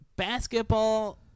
Basketball